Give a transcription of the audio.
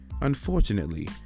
unfortunately